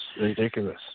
ridiculous